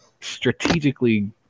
strategically